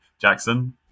Jackson